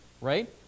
right